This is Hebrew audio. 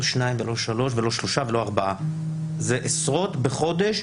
שניים או שלושה; מדובר על עשרות בחודש.